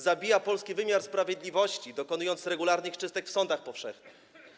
Zabija polski wymiar sprawiedliwości, dokonując regularnych czystek w sądach powszechnych.